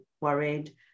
worried